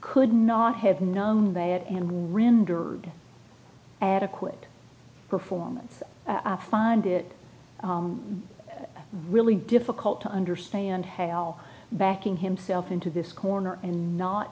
could not have known that and we render an adequate performance i find it really difficult to understand how backing himself into this corner and not